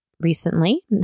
recently